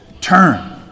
Turn